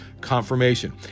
confirmation